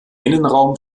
innenraum